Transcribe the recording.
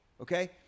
Okay